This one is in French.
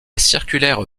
circulaire